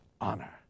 honor